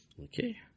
Okay